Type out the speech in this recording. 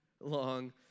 long